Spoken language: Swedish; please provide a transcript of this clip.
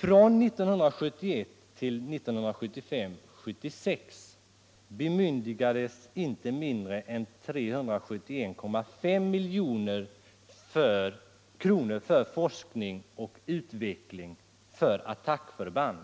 Från 1971 till 1975/76 bemyndigades inte mindre än 371,5 milj.kr. för forskning och utveckling för attackförband,